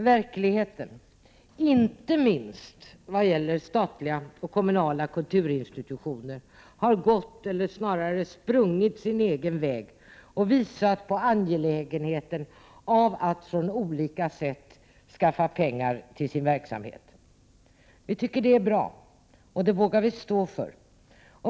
Verkligheten, inte minst när det gäller statliga och kommunala kulturinstitutioner, har gått eller snarare sprungit sin egen väg och visat på angelägenheten av att man på olika sätt skaffar pengar till sin verksamhet. Vi tycker att det är bra, och det vågar vi stå för.